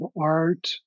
art